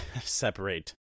separate